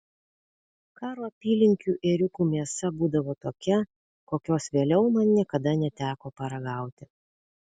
karo apylinkių ėriukų mėsa būdavo tokia kokios vėliau man niekada neteko paragauti